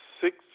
Six